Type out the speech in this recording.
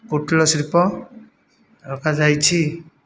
କୁଟୀରଶିଳ୍ପ ରଖାଯାଇଛି